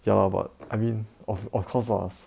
ya lah but I mean of of course lah